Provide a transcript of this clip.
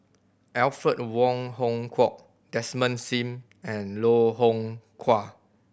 Alfred Wong Hong Kwok Desmond Sim and Loh Hoong Kwan